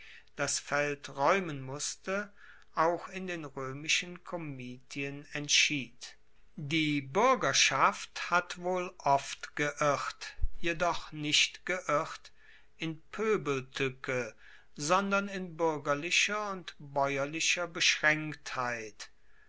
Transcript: das feld raeumen musste auch in den roemischen komitien entschied die buergerschaft hat wohl oft geirrt jedoch nicht geirrt in poebeltuecke sondern in buergerlicher und baeuerlicher beschraenktheit